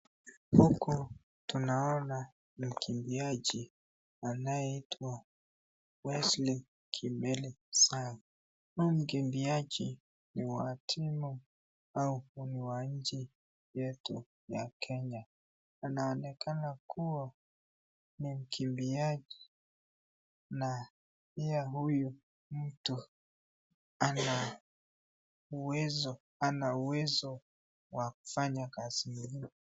Huku tunaona mkimbiaji, anayeitwa Wesley Kipsang, huyu mkimbiaji ni wa timu au ni mkimbiaji wa nchi yetu ya Kenya, anaonekana kuwa ni mkimbiaji, na pia huyu mtu ana uwezo , ana uwezo wa kufanya kazi ingine.